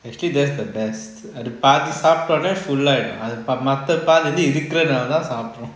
actually that's the best அது பாதி சடோனே: athu paathi satoney full ஆயிடும் மதி பாதி இருக்குறது நாலா தான் சாப்பிடுறோம்:aayedum mathi paathi irukurathu naala thaan sapdurom